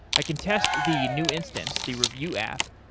i contest the new instance, the review app,